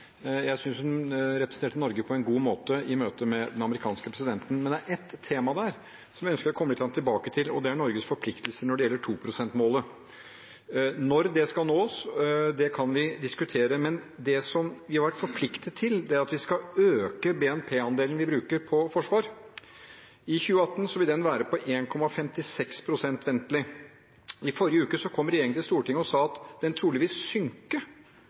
Jeg synes hun representerte Norge på en god måte i møte med den amerikanske presidenten. Men det er ett tema der som jeg ønsker å komme litt tilbake til: Norges forpliktelser når det gjelder 2 pst.-målet. Når det skal nås, kan vi diskutere, men vi er forpliktet til å øke BNP-andelen vi bruker på forsvar. I 2018 vil den være på 1,56 pst. ventelig. I forrige uke kom regjeringen til Stortinget og sa at den